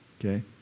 okay